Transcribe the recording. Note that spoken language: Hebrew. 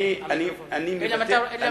אלא אם אתה מוותר.